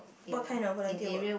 what kind of volunteer work